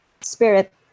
Spirit